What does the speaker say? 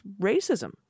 racism